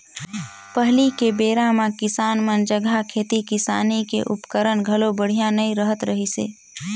पहिली के बेरा म किसान मन जघा खेती किसानी के उपकरन घलो बड़िहा नइ रहत रहिसे